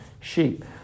sheep